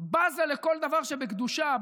בזה לכל דבר שבקדושה,